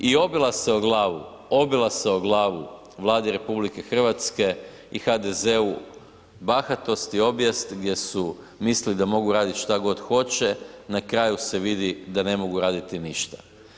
I obila se glavu, obila se o glavu Vladi RH i HDZ-u bahatost i obijest gdje su mislili da mogu raditi šta god hoće, na kraju se vidi da ne mogu raditi ništa.